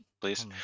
please